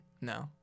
No